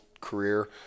career